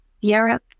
Europe